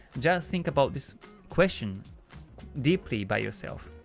just think about this question deeply by yourself.